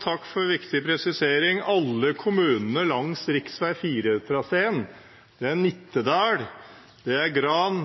Takk for en viktig presisering. Alle kommunene langs rv. 4-traseen – Nittedal, Lunner, Gran,